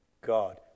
God